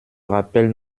rappelle